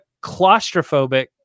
claustrophobic